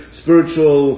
spiritual